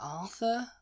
Arthur